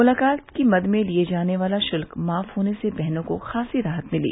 मुलाकात की मद में लिये जाने वाला शुल्क माफ होने से बहनों को ख़ासी राहत मिली